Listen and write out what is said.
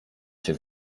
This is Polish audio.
się